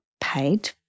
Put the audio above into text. paid